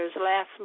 last